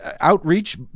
outreach